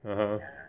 (uh huh)